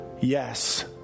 yes